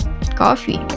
coffee